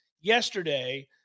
Yesterday